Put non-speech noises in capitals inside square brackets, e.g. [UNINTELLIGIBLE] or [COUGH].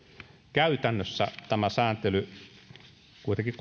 käytännössä tämä sääntely koskee kuitenkin [UNINTELLIGIBLE]